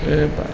ઓ ભાઈ